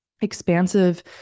expansive